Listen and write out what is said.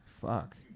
Fuck